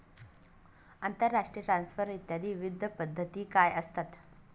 आंतरराष्ट्रीय ट्रान्सफर इत्यादी विविध पद्धती काय असतात?